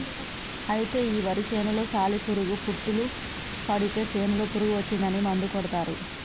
అయితే ఈ వరి చేనులో సాలి పురుగు పుట్టులు పడితే చేనులో పురుగు వచ్చిందని మందు కొడతారు